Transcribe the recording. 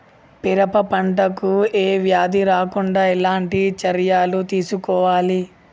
పెరప పంట కు ఏ వ్యాధి రాకుండా ఎలాంటి చర్యలు తీసుకోవాలి?